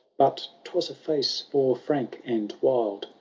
but was a face more frank and wild,